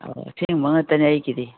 ꯑꯣ ꯑꯁꯦꯡꯕ ꯉꯥꯛꯇꯅꯤ ꯑꯩꯒꯤꯗꯤ